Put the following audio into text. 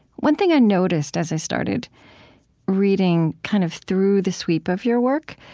one thing i noticed, as i started reading kind of through the sweep of your work,